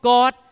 God